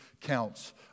counts